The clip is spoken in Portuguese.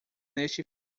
neste